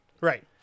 Right